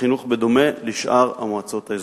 החינוך בדומה לשאר המועצות האזוריות.